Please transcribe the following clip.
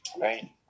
Right